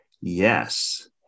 Yes